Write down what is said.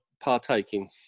partaking